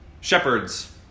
Shepherds